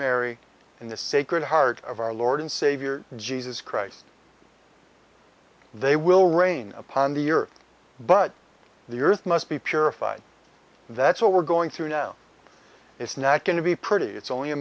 mary in the sacred heart of our lord and savior jesus christ they will rain upon the earth but the earth must be purified that's what we're going through now it's not going to be pretty it's only a